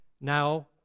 now